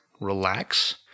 relax